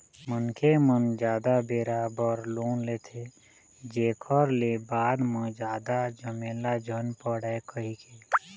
मनखे मन जादा बेरा बर लोन लेथे, जेखर ले बाद म जादा झमेला झन पड़य कहिके